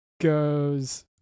goes